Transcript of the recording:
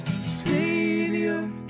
Savior